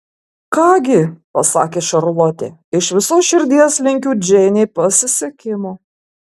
ką gi pasakė šarlotė iš visos širdies linkiu džeinei pasisekimo